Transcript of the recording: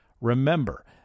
remember